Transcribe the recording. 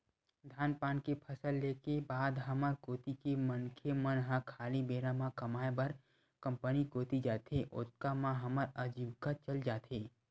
धान पान के फसल ले के बाद हमर कोती के मनखे मन ह खाली बेरा म कमाय बर कंपनी कोती जाथे, ओतका म हमर अजीविका चल जाथे